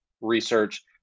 research